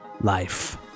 life